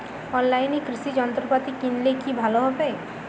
অনলাইনে কৃষি যন্ত্রপাতি কিনলে কি ভালো হবে?